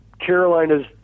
Carolina's